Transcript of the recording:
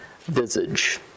visage